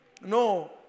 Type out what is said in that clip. No